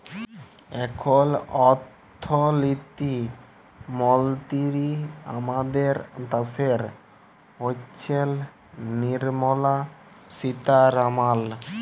এখল অথ্থলিতি মলতিরি আমাদের দ্যাশের হচ্ছেল লির্মলা সীতারামাল